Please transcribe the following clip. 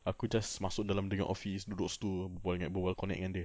aku just masuk dalam dia punya office duduk situ berbual denga~ berbual connect dengan dia